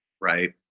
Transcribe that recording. right